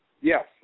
Yes